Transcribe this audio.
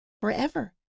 Forever